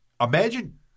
imagine